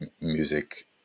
music